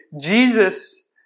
Jesus